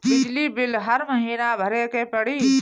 बिजली बिल हर महीना भरे के पड़ी?